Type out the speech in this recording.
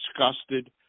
disgusted